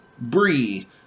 Bree